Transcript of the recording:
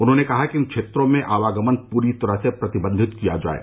उन्होंने कहा कि इन क्षेत्रों में अवागमन पूरी तरह से प्रतिबंधित किया जाये